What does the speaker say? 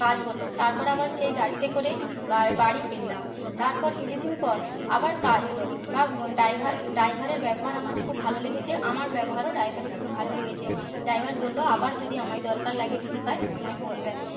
কাজ হল তারপর আবার সেই গাড়িতে করে বাড়ি ফিরলাম তারপর কিছুদিন পর আবার কাজ হল বা ড্রাইভার ড্রাইভারের ব্যবহার আমার খুব ভালো লেগেছে আমার ব্যবহারও ড্রাইভারের খুব ভালো লেগেছে ড্রাইভার বললো আবার যদি আমায় দরকার লাগে দিদিভাই আমায় বলবেন